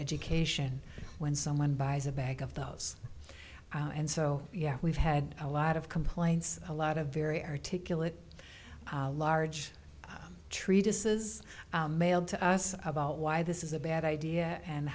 education when someone buys a bag of those and so yeah we've had a lot of complaints a lot of very articulate large treatises mailed to us about why this is a bad idea and